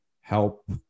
help